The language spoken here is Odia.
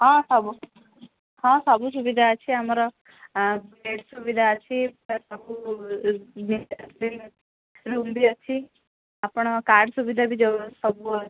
ହଁ ସବୁ ହଁ ସବୁ ସୁବିଧା ଅଛି ଆମର ବେଡ଼୍ ସୁବିଧା ଅଛି ସବୁ ରୁମ୍ ବି ଅଛି ଆପଣ କାର୍ଡ଼ ସୁବିଧା ବି ସବୁ ଅ